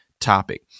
topic